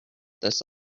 this